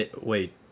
Wait